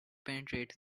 penetrate